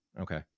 Okay